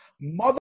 mother